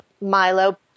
Milo